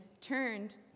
turned